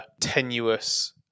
tenuous